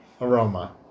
aroma